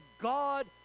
God